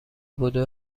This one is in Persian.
بدو